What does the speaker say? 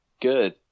good